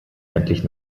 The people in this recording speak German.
endlich